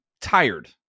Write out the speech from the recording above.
tired